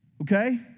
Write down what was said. Okay